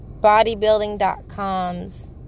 Bodybuilding.com's